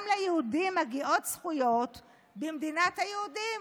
גם ליהודים מגיעות זכויות במדינת היהודים.